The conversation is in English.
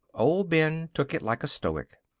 old ben took it like a stoic.